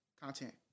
content